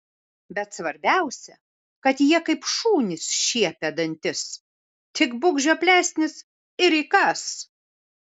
bet svarbiausia kad jie kaip šunys šiepia dantis tik būk žioplesnis ir įkąs